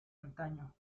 antaño